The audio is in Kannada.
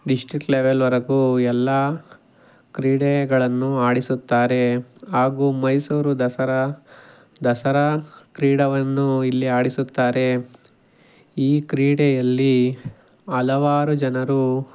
ಡಿಸ್ಟಿಕ್ಟ್ ಲೆವೆಲ್ವರೆಗೂ ಎಲ್ಲ ಕ್ರೀಡೆಗಳನ್ನು ಆಡಿಸುತ್ತಾರೆ ಹಾಗೂ ಮೈಸೂರು ದಸರಾ ದಸರಾ ಕ್ರೀಡಾವನ್ನು ಇಲ್ಲಿ ಆಡಿಸುತ್ತಾರೆ ಈ ಕ್ರೀಡೆಯಲ್ಲಿ ಹಲವಾರು ಜನರು